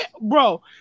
bro